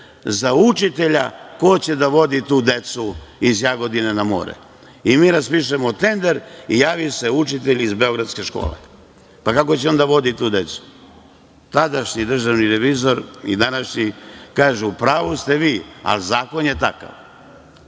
za učitelja ko će da vodi tu decu iz Jagodine na more? Mi raspišemo tender i javi se učitelj iz Beogradske škole. Kako će on da vodi tu decu? Tadašnji državni revizor i današnji kažu, u pravu ste vi, ali zakon je takav.